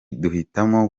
duhitamo